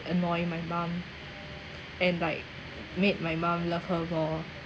annoy my mum and like made my mum love her more